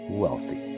wealthy